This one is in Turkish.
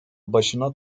başına